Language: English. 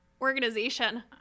Organization